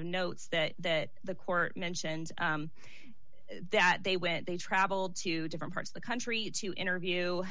of notes that the court mentioned that they went they traveled to different parts of the country to interview